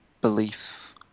belief